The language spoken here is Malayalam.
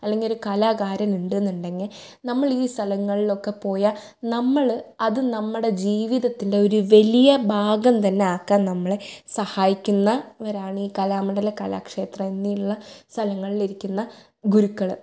അല്ലെങ്കിൽ ഒരു കലാകാരൻ ഉണ്ട് എന്നുണ്ടെങ്കിൽ നമ്മള് ഈ സ്ഥലങ്ങളിലൊക്കെ പോയാൽ നമ്മള് അത് നമ്മുടെ ജീവിതത്തിൻ്റെ ഒരു വലിയ ഭാഗം തന്നെ ആക്കാൻ നമ്മളെ സഹായിക്കുന്നവരാണീ കലാമണ്ഡലം കലാക്ഷേത്ര എന്നുള്ള സ്ഥലങ്ങളിൽ ഇരിക്കുന്ന ഗുരുക്കള്